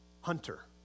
Hunter